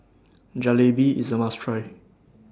Jalebi IS A must Try